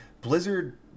Blizzard